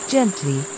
Gently